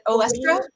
Olestra